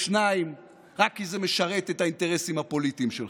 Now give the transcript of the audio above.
לשניים רק כי זה משרת את האינטרסים הפוליטיים שלך.